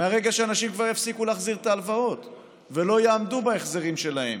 מהרגע שאנשים יפסיקו להחזיר את ההלוואות ולא יעמדו בהחזרים שלהם.